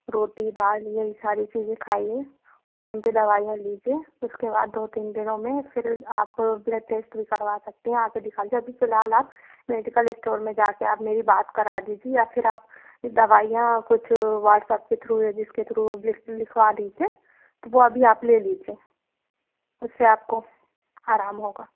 रोटी दाल यही सारी चीज़ें खाइए टाइम पे दवाईयाँ लीजिए उसके बाद दो तीन दिनों में फिर आप ब्लड टेस्ट भी करवा सकती हैं आके दिखा लीजिए अभी फ़िलहाल आप मेडिकल इस्टोर में जाके आप मेरी बात करा दीजिए या फिर आप दवाईयाँ कुछ व्हाट्सअप्प के थ्रू या जिसके थ्रू लिख लिखवा दीजिए तो वो अभी आप ले लीजिए उससे आपको आराम होगा